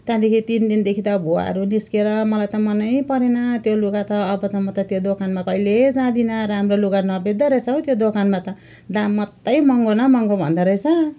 त्यहाँदेखि तिन दिनदेखि त भुवाहरू निस्किएर मलाई त मनैपरेन त्यो लुगा त अब त म त्यो दोकानमा कहिले जाँदिन राम्रो लुगा नबेच्दारहेछ हो त्यो दोकानमा त दाम मात्रै महँगो न महँगो भन्दोरहेछ